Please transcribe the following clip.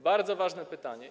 Bardzo ważne pytanie.